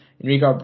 Enrique